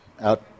out